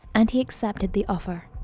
and he accepted the offer.